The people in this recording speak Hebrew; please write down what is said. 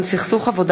רוברט